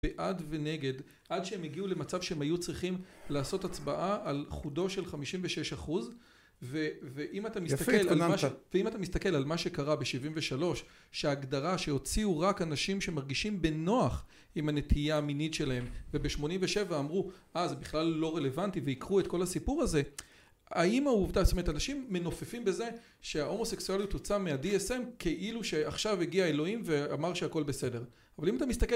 בעד ונגד עד שהם הגיעו למצב שהם היו צריכים לעשות הצבעה על חודו של חמישים ושש אחוז ואם אתה מסתכל ואם אתה מסתכל על מה שקרה בשבעים ושלוש שההגדרה שהוציאו רק אנשים שמרגישים בנוח עם הנטייה המינית שלהם ובשמונים ושבע אמרו אה זה בכלל לא רלוונטי ועקרו את כל הסיפור הזה האם העובדה זאת אומרת אנשים מנופפים בזה שההומוסקסואליות הוצאה מהדי אס אם כאילו שעכשיו הגיע אלוהים ואמר שהכל בסדר